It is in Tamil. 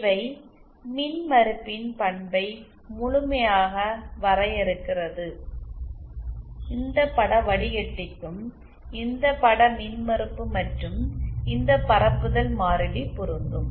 இவை மின்மறுப்பின் பண்பை முழுமையாக வரையறுக்கிறது இந்த பட வடிகட்டிக்கும் இந்த பட மின்மறுப்பு மற்றும் இந்த பரப்புதல் மாறிலி பொருந்தும்